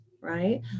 right